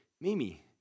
Mimi